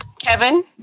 Kevin